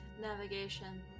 navigation